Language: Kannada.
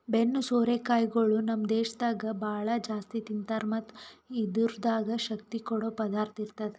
ಬೆನ್ನು ಸೋರೆ ಕಾಯಿಗೊಳ್ ನಮ್ ದೇಶದಾಗ್ ಭಾಳ ಜಾಸ್ತಿ ತಿಂತಾರ್ ಮತ್ತ್ ಇದುರ್ದಾಗ್ ಶಕ್ತಿ ಕೊಡದ್ ಪದಾರ್ಥ ಇರ್ತದ